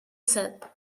said